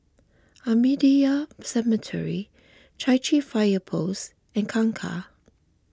Ahmadiyya Cemetery Chai Chee Fire Post and Kangkar